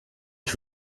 ich